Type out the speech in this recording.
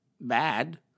Bad